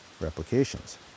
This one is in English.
replications